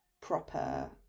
proper